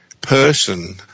person